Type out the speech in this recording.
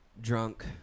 drunk